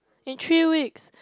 in three weeks